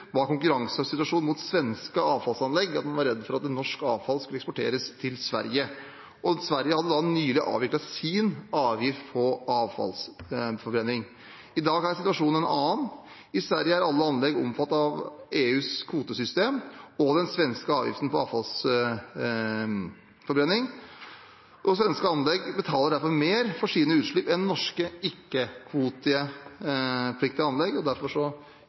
var redd for at norsk avfall skulle eksporteres til Sverige. Sverige hadde da nylig avviklet sin avgift på avfallsforbrenning. I dag er situasjonen en annen. I Sverige er alle anlegg omfattet av EUs kvotesystem og den svenske avgiften på avfallsforbrenning, og svenske anlegg betaler derfor mer for sine utslipp enn norske ikke-kvotepliktige anlegg, og derfor